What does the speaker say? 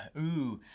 ooh.